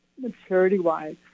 maturity-wise